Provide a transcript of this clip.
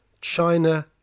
china